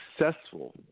successful